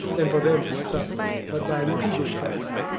than for them to suffer, but by legal trial,